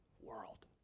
world